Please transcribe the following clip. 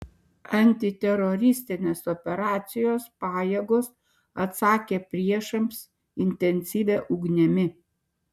antiteroristinės operacijos pajėgos atsakė priešams intensyvia ugnimi